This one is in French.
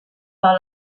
par